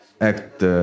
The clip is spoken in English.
act